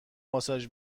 ماساژ